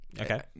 Okay